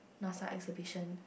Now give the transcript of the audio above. Nasa exhibition